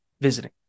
visiting